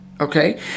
okay